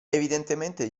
evidentemente